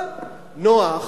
אבל נוח,